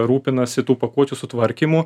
rūpinasi tų pakuočių sutvarkymu